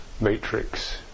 matrix